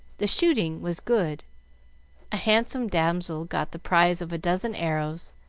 the shooting was good a handsome damsel got the prize of a dozen arrows,